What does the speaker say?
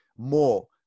more